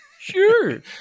Sure